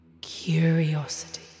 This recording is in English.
Curiosity